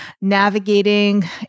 navigating